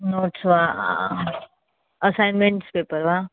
notes वा assignments paper वा